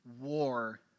war